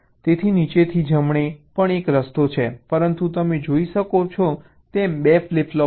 તેથી નીચેથી જમણે પણ એક રસ્તો છે પરંતુ તમે જોઈ શકો છો તેમ 2 ફ્લિપ ફ્લોપ છે